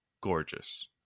gorgeous